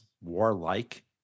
warlike